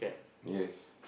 yes